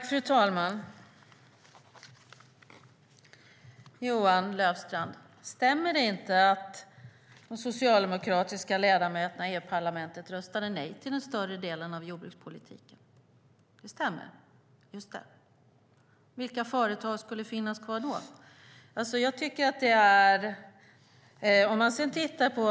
Fru talman! Stämmer det inte, Johan Löfstrand, att de socialdemokratiska ledamöterna i EU-parlamentet röstade nej till större delen av jordbrukspolitiken? Det stämmer, just det. Vilka företag skulle finnas kvar då?